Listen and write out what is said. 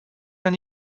dann